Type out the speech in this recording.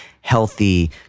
healthy